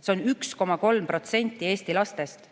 see on 1,3% Eesti lastest.